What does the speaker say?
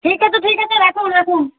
ঠিক আছে ঠিক আছে রাখুন রাখুন